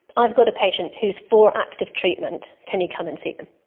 i've got a patient who is for active treatment, can you come and see them?